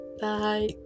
Bye